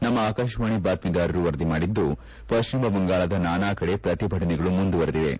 ನಮ್ಮ ಆಕಾಶವಾಣಿ ಬಾತ್ಮೀದಾರರು ವರದಿ ಮಾಡಿದ್ದು ಪಶ್ಚಿಮ ಬಂಗಾಳದ ನಾನಾ ಕಡೆ ಪ್ರತಿಭಟನೆಗಳು ಮುಂದುವರೆದಿವೆ